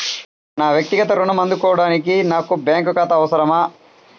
నా వక్తిగత ఋణం అందుకోడానికి నాకు బ్యాంక్ ఖాతా అవసరమా?